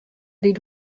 dyn